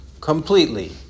completely